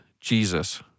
Jesus